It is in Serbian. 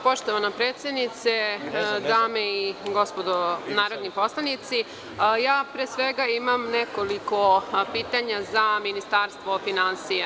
Poštovana predsednice, dame i gospodo narodni poslanici, pre svega imam nekoliko pitanja za Ministarstvo finansija.